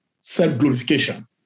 Self-glorification